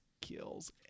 kills